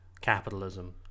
capitalism